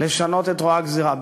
לשנות את רוע הגזירה.